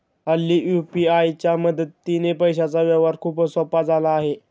हल्ली यू.पी.आय च्या मदतीने पैशांचा व्यवहार खूपच सोपा झाला आहे